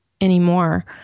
anymore